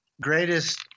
greatest